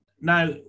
Now